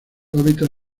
hábitat